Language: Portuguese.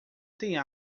tem